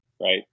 right